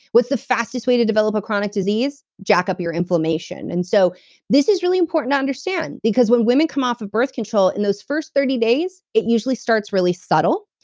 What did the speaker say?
what's the fastest way to develop a chronic disease? jack up your inflammation and so this is really important to understand. because when women come off of birth control, in those first thirty days, it usually starts really subtle.